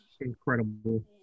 incredible